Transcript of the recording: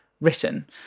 written